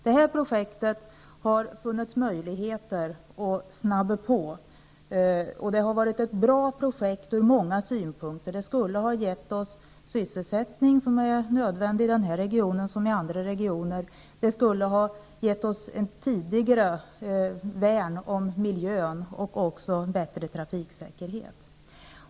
Det har funnits möjligheter att snabba på detta projekt. Det hade ur många synpunkter kunnat vara ett bra projekt. Det skulle ha gett sysselsättning, nödvändig i denna liksom i andra regioner. Det skulle ha gett oss ett tidigare värn om miljön och också bättre trafiksäkerhet.